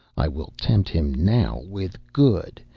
i will tempt him now with good,